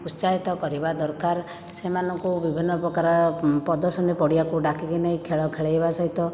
ଉତ୍ସାହିତ କରିବା ଦରକାର ସେମାନଙ୍କୁ ବିଭିନ୍ନ ପ୍ରକାର ପ୍ରଦର୍ଶନୀ ପଡ଼ିଆକୁ ଡାକିକି ନେଇ ଖେଳ ଖେଳାଇବା ସହିତ